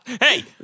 Hey